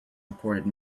reported